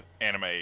anime